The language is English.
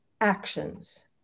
actions